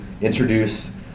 introduce